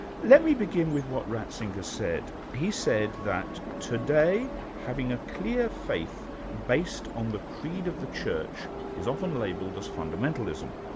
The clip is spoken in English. let me begin with what ratzinger said. he said that, today, having a clear faith based on the creed of the church is often labelled as fundamentalism,